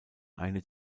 eine